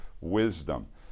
wisdom